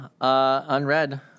unread